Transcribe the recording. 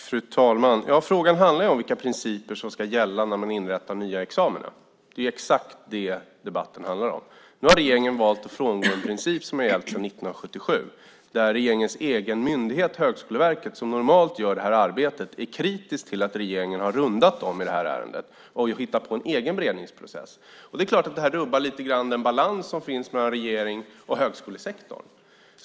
Fru talman! Frågan handlar om vilka principer som ska gälla när man inrättar nya examina. Det är exakt det debatten handlar om. Nu har regeringen valt att frångå en princip som har gällt sedan 1977, där regeringens egen myndighet Högskoleverket, som normalt gör det här arbetet, är kritiskt till att regeringen har rundat dem i det här ärendet och hittat på en egen beredningsprocess. Det är klart att det lite grann rubbar den balans som finns mellan regeringen och högskolesektorn.